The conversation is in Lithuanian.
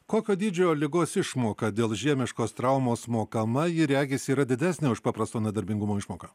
kokio dydžio ligos išmoka dėl žiemiškos traumos mokama ji regis yra didesnė už paprasto nedarbingumo išmoką